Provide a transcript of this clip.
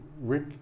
Rick